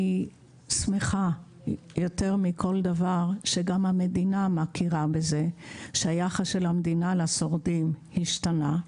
אני שמחה מזה שגם המדינה מכירה בזה ושהיחס של המדינה לשורדים השתנה.